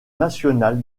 national